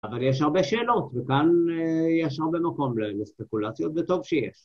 אבל יש הרבה שאלות, וכאן יש הרבה מקום לספקולציות, וטוב שיש